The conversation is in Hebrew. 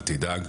אל תדאג,